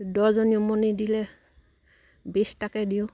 দহজনী উমনি দিলে বিছটাকে দিওঁ